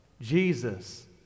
Jesus